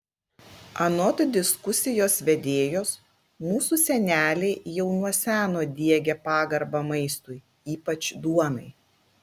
anot diskusijos vedėjos mūsų seneliai jau nuo seno diegė pagarbą maistui ypač duonai